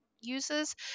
uses